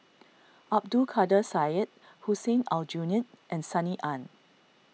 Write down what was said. Abdul Kadir Syed Hussein Aljunied and Sunny Ang